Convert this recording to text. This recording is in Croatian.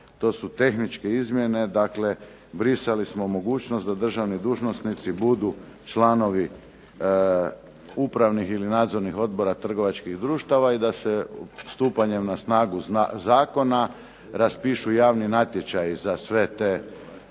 to su tehničke izmjene dakle, brisali smo mogućnost da državni dužnosnici budu članovi upravnih ili nadzornih odbora trgovačkih društava i da se stupanje na snagu zakona, raspišu javni natječaji za sve te pozicije,